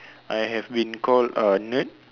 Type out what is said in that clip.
I have been called a nerd